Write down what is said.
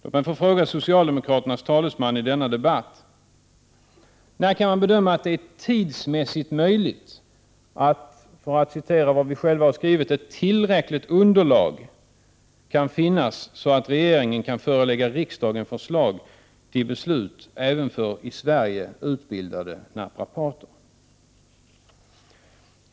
Låt mig få fråga socialdemokraternas talesman i denna debatt: När är det tidsmässigt möjligt att ”tillräckligt underlag” kan finnas, så att regeringen kan förelägga riksdagen förslag till beslut även för i Sverige utbildade naprapater?